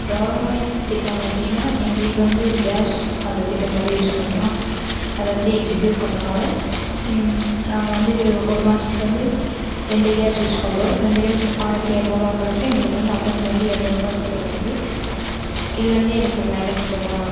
government திட்டம் அப்படின்னா எங்கள் வீட்டில் வந்து கேஷ் அந்த திட்டம் வந்து யூஸ் பண்றோம் அதை வந்து எக்சிகியூட் பண்ணனால் நாங்கள் வந்து ஒரு மாஸத்துக்கு வந்து ரெண்டு கேஸ் யூஸ் பண்றோம் ரெண்டு கேஸ் ஆயிரத்தி இரநூறு வாங்கிறப்ப எங்களுக்கு வந்து அக்கோண்ட்டில் வந்து இரநூறுபா சேவாகுது இது வந்து எனக்கு ஒரு நல்ல திட்டமாக